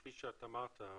כפי שאתה אמרת,